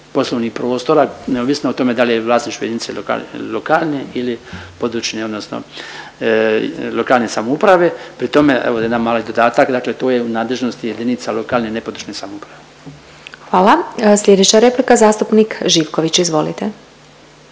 poslovnih prostora neovisno o tome da li je vlasništvo jedinice lokalne ili područne odnosno lokalne samouprave. Pri tome evo jedan mali dodatak dakle to je u nadležnosti jedinica lokalne, ne područne samouprave. **Glasovac, Sabina (SDP)** Hvala. Slijedeća replika zastupnik Živković. Izvolite.